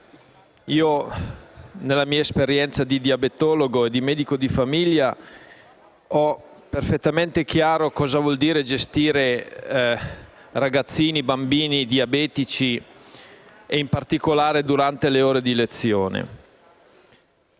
Nella mia esperienza di diabetologo e medico di famiglia ho perfettamente chiaro cosa vuol dire gestire ragazzini e bambini diabetici, in particolare durante le ore di lezione.